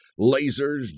lasers